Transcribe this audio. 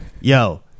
Yo